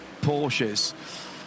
porsches